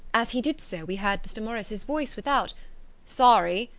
as he did so we heard mr. morris's voice without sorry!